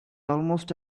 almost